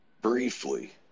briefly